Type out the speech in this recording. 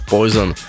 Poison